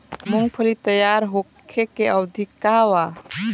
मूँगफली तैयार होखे के अवधि का वा?